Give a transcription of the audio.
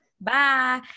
Bye